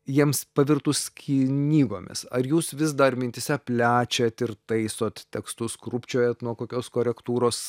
jiems pavirtus knygomis ar jūs vis dar mintyse plečiat ir taisot tekstus krūpčiojant nuo kokios korektūros